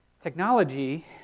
Technology